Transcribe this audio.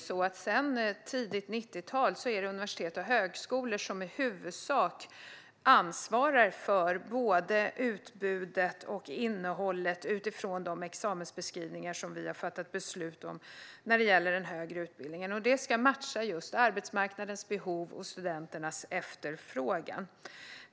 Sedan tidigt 90-tal är det universitet och högskolor som i huvudsak ansvarar för både utbudet och innehållet, utifrån de examensbeskrivningar som vi har fattat beslut om när det gäller den högre utbildningen. Detta ska matcha just arbetsmarknadens behov och studenternas efterfrågan.